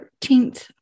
13th